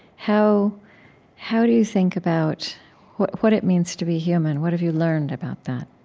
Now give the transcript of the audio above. how how do you think about what what it means to be human? what have you learned about that?